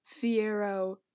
Fiero